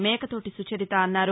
మేకతోటి సుచరిత అన్నారు